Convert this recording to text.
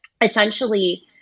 essentially